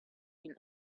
been